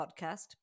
podcast